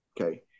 Okay